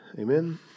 Amen